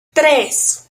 tres